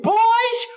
boys